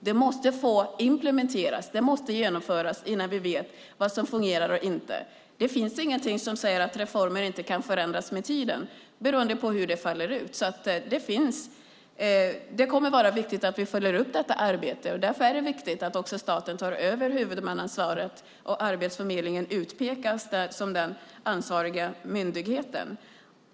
Det här måste få implementeras och genomföras innan vi vet vad som fungerar eller inte. Det finns ingenting som säger att reformer inte kan förändras med tiden, beroende på hur de faller ut. Det kommer att vara viktigt att följa upp detta arbete. Därför är det viktigt att staten tar över huvudmannaansvaret, och Arbetsförmedlingen utpekas som den ansvariga myndigheten.